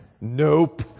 Nope